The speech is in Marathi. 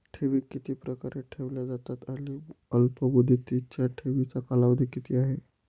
ठेवी किती प्रकारे ठेवल्या जातात आणि अल्पमुदतीच्या ठेवीचा कालावधी किती आहे?